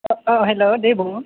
अ हेल' दे बुं